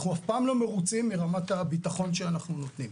אנחנו אף פעם לא מרוצים מרמת הביטחון שאנחנו נותנים.